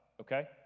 okay